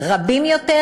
רבים יותר,